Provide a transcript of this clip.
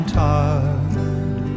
tired